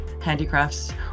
handicrafts